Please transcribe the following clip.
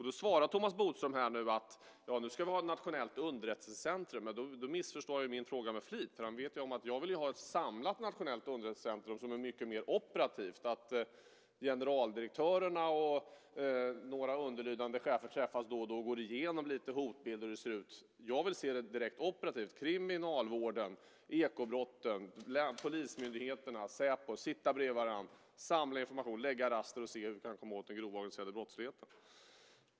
Då svarar Thomas Bodström här nu att vi ska ha ett nationellt underrättelsecentrum. Då missförstår han min fråga med flit. Han vet ju om att jag vill ha ett samlat nationellt underrättelsecentrum som är mycket mer operativt, att generaldirektörerna och några underlydande chefer träffas då och då och går igenom hotbilder och hur det ser ut. Jag vill se det direkt operativt, se representanter för kriminalvården, ekobrotten, polismyndigheterna och Säpo sitta bredvid varandra, samla information och lägga raster för att se hur vi kan komma åt den grova organiserade brottsligheten.